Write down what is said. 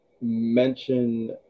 mention